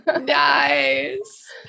Nice